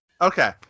Okay